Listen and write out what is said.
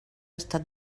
estat